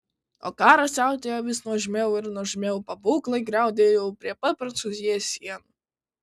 o karas siautėjo vis nuožmiau ir nuožmiau pabūklai griaudėjo jau prie pat prancūzijos sienų